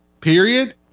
period